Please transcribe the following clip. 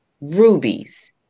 rubies